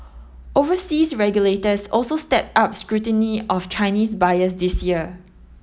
overseas regulators also stepped up scrutiny of Chinese buyers this year